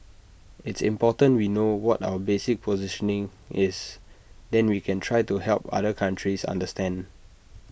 it's important we know what our basic positioning is then we can try to help other countries understand